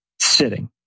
sitting